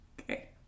Okay